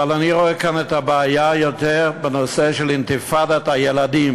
אבל אני רואה כאן את הבעיה יותר בנושא של אינתיפאדת הילדים,